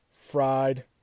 fried